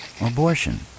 abortion